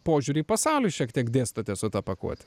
požiūrį į pasaulį šiek tiek dėstote su ta pakuote